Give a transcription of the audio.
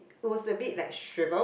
was a bit like shriveled